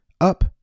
Up